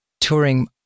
touring